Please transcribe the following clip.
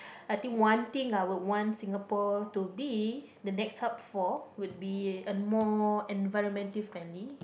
I think one thing I will want Singapore to be the next hub for would be a more environmental friendly